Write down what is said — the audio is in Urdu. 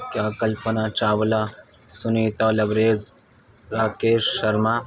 کیا کلپنا چاولہ سنیتا لبریز راکیش شرما